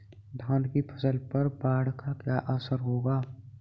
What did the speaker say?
धान की फसल पर बाढ़ का क्या असर होगा?